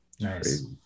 Nice